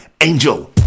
angel